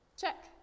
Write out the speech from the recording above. Check